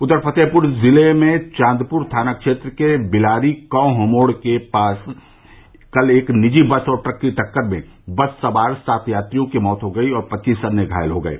उधर फतेहपुर जिले में चॉदपुर थाना क्षेत्र के बिलारी कौँह मोड़ के पास कल एक निजी बस और ट्रक की टक्कर में बस सवार सात यात्रियों की मौत हो गयी और पच्चीस अन्य घायल हो गये